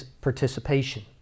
participation